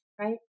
right